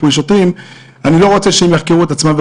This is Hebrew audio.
אני לא רוצה שהם יחקרו את עצמם.